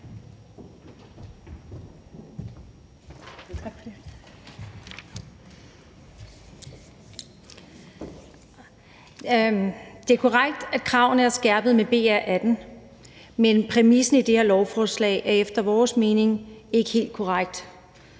Det er korrekt, at kravene er skærpet med BR18, men præmissen i det her beslutningsforslag er efter vores mening ikke helt korrekt.